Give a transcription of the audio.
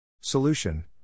Solution